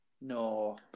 No